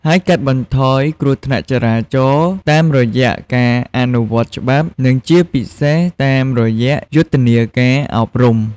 ហើយកាត់បន្ថយគ្រោះថ្នាក់ចរាចរណ៍តាមរយៈការអនុវត្តច្បាប់ និងជាពិសេសតាមរយៈយុទ្ធនាការអប់រំ។